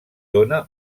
dona